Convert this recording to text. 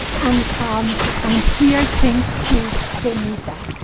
and um i'm here thanks to benita.